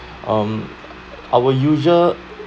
um our usual